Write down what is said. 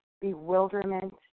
bewilderment